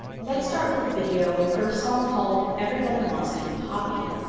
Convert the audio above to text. let's start with a video for a song called everybody wants to be poppy.